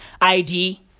ID